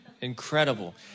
incredible